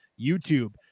YouTube